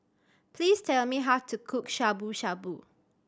please tell me how to cook Shabu Shabu